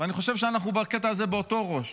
אני חושב שאנחנו בקטע הזה באותו ראש.